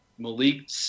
Malik